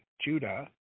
Judah